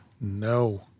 No